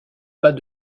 pas